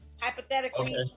hypothetically